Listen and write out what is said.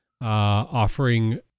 offering